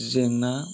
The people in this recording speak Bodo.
जेंना